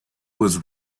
was